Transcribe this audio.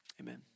Amen